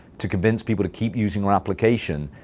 to convince people to keep using your application.